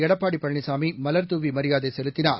எடப்பாடி பழனிசாமி மலர்தூவி மரியாதை செலுத்தினார்